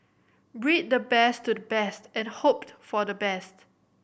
breed the best to the best and hope for the best